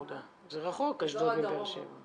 זה רחוק אשדוד מבאר שבע.